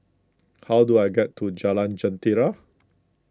how do I get to Jalan Jentera